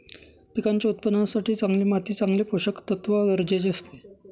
पिकांच्या उत्पादनासाठी चांगली माती चांगले पोषकतत्व गरजेचे असते